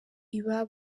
iba